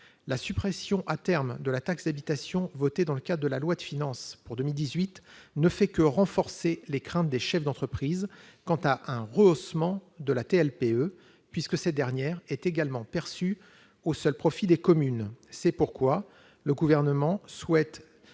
La suppression, à terme, de la taxe d'habitation, votée dans le cadre de la loi de finances pour 2018, ne fait que renforcer les craintes des chefs d'entreprise quant à un rehaussement de la TLPE puisque cette dernière est également perçue au seul profit des communes. C'est pourquoi, puisque le Gouvernement souhaite